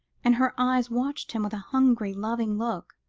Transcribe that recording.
and her eyes watched him with a hungry, loving look,